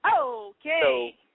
Okay